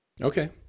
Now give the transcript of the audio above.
Okay